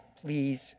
please